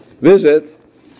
visit